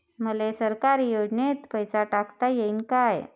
मले सरकारी योजतेन पैसा टाकता येईन काय?